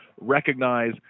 recognize